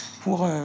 pour